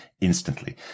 instantly